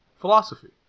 philosophy